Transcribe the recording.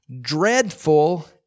dreadful